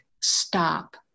stop